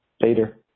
Later